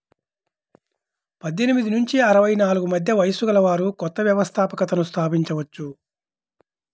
పద్దెనిమిది నుంచి అరవై నాలుగు మధ్య వయస్సు గలవారు కొత్త వ్యవస్థాపకతను స్థాపించవచ్చు